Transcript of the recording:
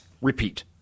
Repeat